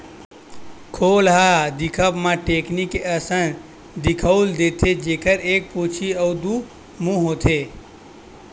खोल ह दिखब म टेकनी के असन दिखउल देथे, जेखर एक पूछी अउ दू मुहूँ होथे